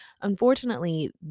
Unfortunately